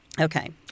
Okay